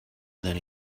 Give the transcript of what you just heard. than